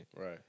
Right